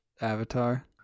Avatar